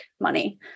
money